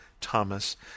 Thomas